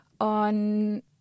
on